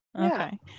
okay